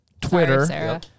Twitter